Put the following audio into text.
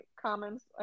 comments